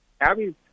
abby's